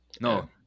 No